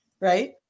right